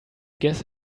guess